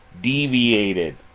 deviated